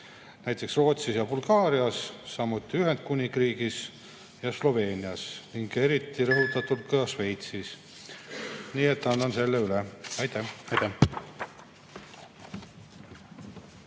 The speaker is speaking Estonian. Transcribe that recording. näiteks Rootsis ja Bulgaarias, samuti Ühendkuningriigis ja Sloveenias, ning eriti rõhutatult ka Šveitsis. Nii et annan selle üle. Aitäh!